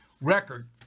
record